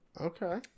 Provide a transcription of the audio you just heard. Okay